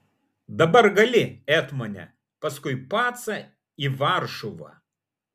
dabar gali etmone paskui pacą į varšuvą